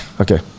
okay